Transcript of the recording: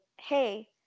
hey